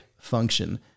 function